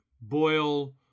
boil